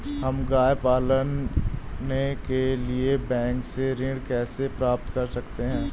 हम गाय पालने के लिए बैंक से ऋण कैसे प्राप्त कर सकते हैं?